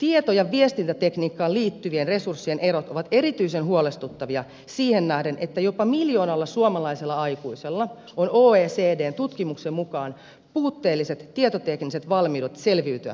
tieto ja viestintätekniikkaan liittyvien resurssien erot ovat erityisen huolestuttavia siihen nähden että jopa miljoonalla suomalaisella aikuisella on oecdn tutkimuksen mukaan puutteelliset tietotekniset valmiudet selviytyä tietoyhteiskunnassa